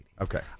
Okay